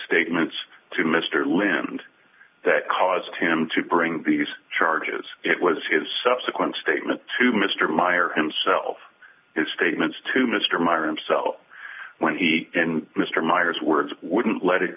statements to mr lindh that caused him to bring these charges it was his subsequent statement to mr meyer himself his statements to mr meyer and so when he and mr myers words wouldn't let it